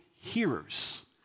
hearers